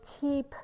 keep